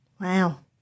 Wow